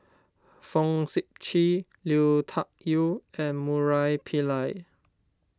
Fong Sip Chee Lui Tuck Yew and Murali Pillai